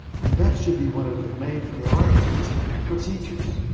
and that should be one of the main priorities for teachers.